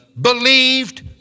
believed